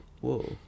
Whoa